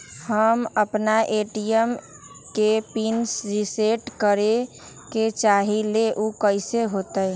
हम अपना ए.टी.एम के पिन रिसेट करे के चाहईले उ कईसे होतई?